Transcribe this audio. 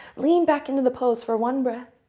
lean back into the pose for one breath.